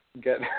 get